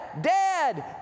dad